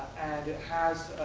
and it has